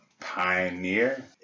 Pioneer